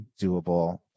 doable